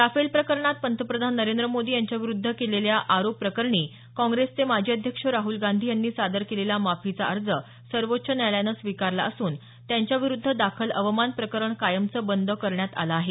Rafale प्रकरणात पंतप्रधान नरेंद्र मोदी यांच्याविरूद्ध केलेल्या आरोप प्रकरणी काँग्रेसचे माजी अध्यक्ष राहल गांधी यांनी सादर केलेला माफीचा अर्ज सर्वोच्च न्यायालयानं स्विकारला असून त्यांच्या विरुद्ध दाखल अवमान प्रकरण कायमचं बंद करण्यात आलं आहे